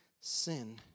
sin